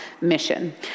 mission